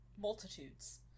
multitudes